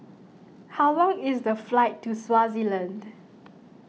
how long is the flight to Swaziland